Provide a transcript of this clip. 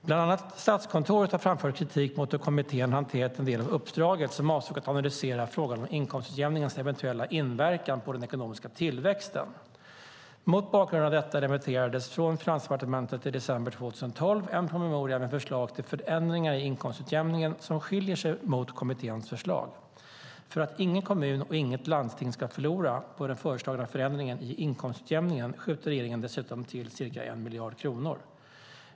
Bland annat Statskontoret har framfört kritik mot hur kommittén hanterat den del av uppdraget som avsåg att analysera frågan om inkomstutjämningens eventuella inverkan på den ekonomiska tillväxten. Mot bakgrund av detta remitterades från Finansdepartementet i december 2012 en promemoria med förslag till förändringar i inkomstutjämningen som skiljer sig från kommitténs förslag. För att ingen kommun och inget landsting ska förlora på den föreslagna förändringen av inkomstutjämningen skjuter regeringen dessutom till ca 1 miljard kronor.